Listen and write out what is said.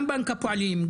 גם בנק הפועלים,